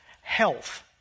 health